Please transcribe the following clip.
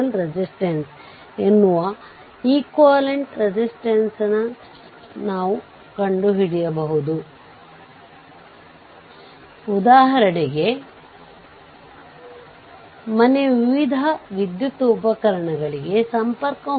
ಆದ್ದರಿಂದ RThevenin ಅನ್ನು ಕಂಡುಹಿಡಿಯಲು ಪ್ರಯತ್ನಿಸಿದಾಗ ಈ ಸ್ವತಂತ್ರ ವಿದ್ಯುತ್ ಮೂಲವನ್ನು ಆಫ್ ಮಾಡಬೇಕು